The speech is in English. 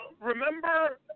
remember